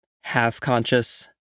half-conscious